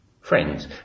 friends